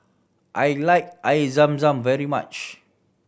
I like Air Zam Zam very much